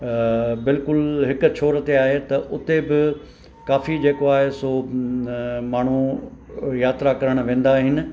बिल्कुलु हिकु छोर ते आहे त उते बि काफ़ी जेको आहे सो माण्हू यात्रा करणु वेंदा आहिनि